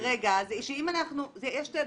יש שתי דרכים.